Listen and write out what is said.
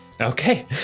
Okay